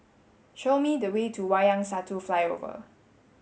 show me the way to Wayang Satu Flyover